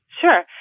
Sure